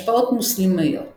השפעות מוסלמיות